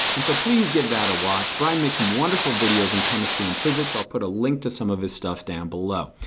and so please give that a watch. brian makes some wonderful videos in chemistry and physics. i'll put a link to some of his stuff down below.